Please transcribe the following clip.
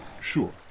Sure